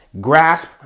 grasp